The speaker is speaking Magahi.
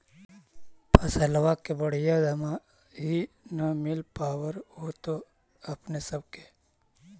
फसलबा के बढ़िया दमाहि न मिल पाबर होतो अपने सब के?